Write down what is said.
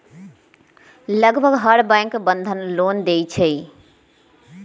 लगभग हर bank Bandhan loan देई छई